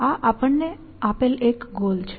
આ આપણને આપેલ એક ગોલ છે